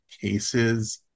cases